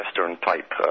Western-type